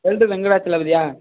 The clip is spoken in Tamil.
வெல்டர் வெங்கடாஜலபதியா